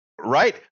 Right